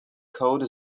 code